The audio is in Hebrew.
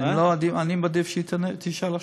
אם לא, אני מעדיף שהיא תשאל עכשיו.